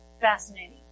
Fascinating